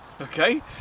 okay